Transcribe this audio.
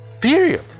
Period